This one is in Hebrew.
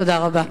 תודה רבה.